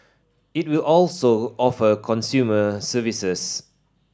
it will also offer consumer services